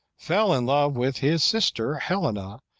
fell in love with his sister helena,